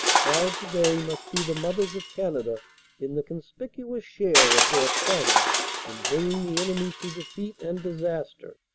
proud today must be the mothers of canada in the conspicuous share of their sons in bringing the enemy to defeat and disaster.